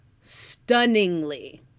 stunningly